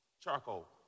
Charcoal